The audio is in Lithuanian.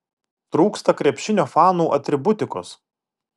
trūksta krepšinio fanų atributikos